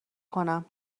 کنم